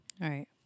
right